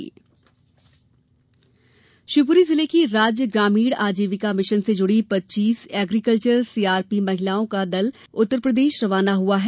प्रशिक्षण शिवपुरी जिले की राज्य ग्रामीण आजीविका मिशन से जुड़ी पच्चीस एग्रीकल्चर सीआरपी महिलाओं का दल कल उत्तरप्रदेश रवाना हुआ है